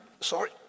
Sorry